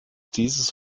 dieses